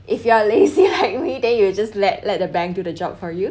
if you are lazy like me then you will just let let the bank to the job for you